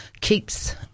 keeps